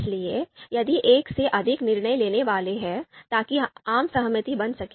इसलिए यदि एक से अधिक निर्णय लेने वाले हैं ताकि आम सहमति बन सके